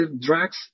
drugs